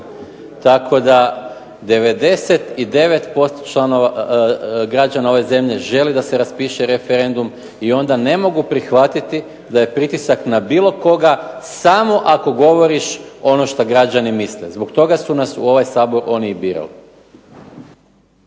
Tako da 99% građana ove zemlje želi da se raspiše referendum i onda ne mogu prihvatiti da je pritisak na bilo koga samo ako govoriš ono što građani misle. Zbog toga su nas u ovaj Sabor oni i birali.